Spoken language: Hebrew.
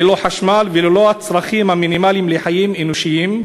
ללא חשמל וללא הצרכים המינימליים לחיים אנושיים?